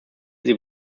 sie